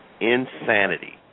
insanity